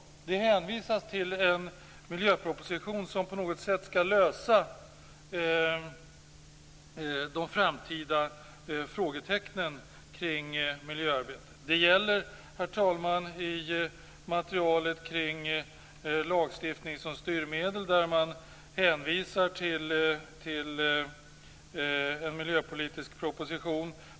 Det hänvisas till en miljöproposition som på något sätt skall lösa de framtida frågetecknen kring miljöarbetet. Det gäller, herr talman, i materialet omkring lagstiftning som styrmedel. Där hänvisar man till en miljöpolitisk proposition.